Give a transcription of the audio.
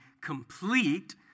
complete